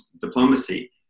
diplomacy